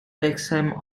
exam